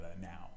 now